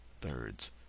thirds